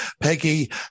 Peggy